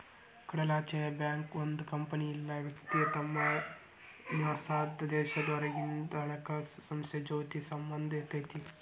ಕಡಲಾಚೆಯ ಬ್ಯಾಂಕ್ ಒಂದ್ ಕಂಪನಿ ಇಲ್ಲಾ ವ್ಯಕ್ತಿ ತಮ್ ನಿವಾಸಾದ್ ದೇಶದ್ ಹೊರಗಿಂದ್ ಹಣಕಾಸ್ ಸಂಸ್ಥೆ ಜೊತಿ ಸಂಬಂಧ್ ಇರತೈತಿ